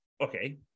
okay